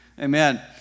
Amen